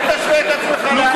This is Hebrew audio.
אל תשווה את עצמך לאנגליה.